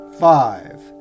Five